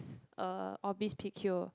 uh of this p_q